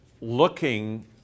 looking